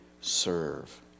serve